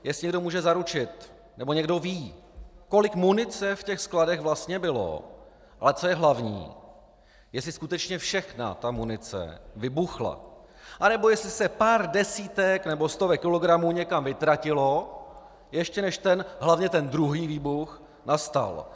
Jestli někdo může zaručit, nebo někdo ví, kolik munice v těch skladech vlastně bylo, a co je hlavní, jestli skutečně všechna ta munice vybuchla, anebo jestli se pár desítek nebo stovek kilogramů někam vytratilo, ještě než ten hlavně ten druhý výbuch nastal.